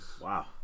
Wow